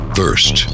first